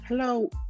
Hello